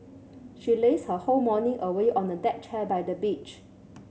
she lazed her whole morning away on a deck chair by the beach